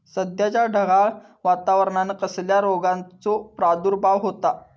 सध्याच्या ढगाळ वातावरणान कसल्या रोगाचो प्रादुर्भाव होता?